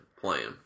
playing